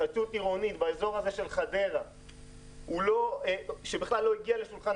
התחדשות עירונית באזור הזה של חדרה שבכלל לא הגיע לשולחן